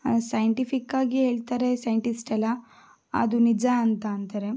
ಸೈಂಟಿಫಿಕ್ಕಾಗಿ ಹೇಳ್ತಾರೆ ಸೈಂಟಿಸ್ಟೆಲ್ಲ ಅದು ನಿಜ ಅಂತ ಅಂತಾರೆ